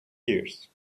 years